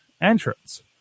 entrance